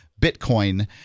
Bitcoin